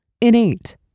Innate